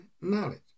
knowledge